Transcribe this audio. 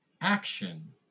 Action